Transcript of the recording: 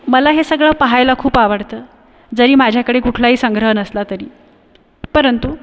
मला हे सगळं पहायला खूप आवडतं जरी माझ्याकडे कुठलाही संग्रह नसला तरी परंतु